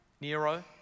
Nero